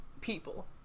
people